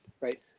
right